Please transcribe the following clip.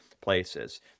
places